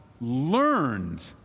learned